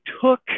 took